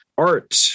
Art